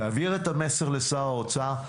תעביר את המסר לשר האוצר.